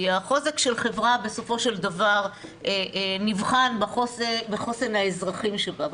חוזק של חברה בסופו של דבר נבחן בחוסן האזרחים שבה.